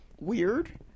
weird